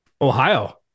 Ohio